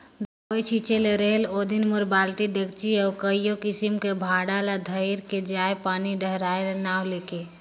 दवई छिंचे ले रहेल ओदिन मारे बालटी, डेचकी अउ कइयो किसिम कर भांड़ा ल धइर के जाएं पानी डहराए का नांव ले के